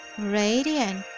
radiant